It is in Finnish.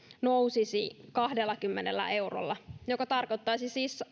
nousisi kahdellakymmenellä eurolla joka tarkoittaisi siis